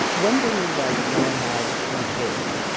one thing is, like, when i had my kids,